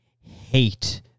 hate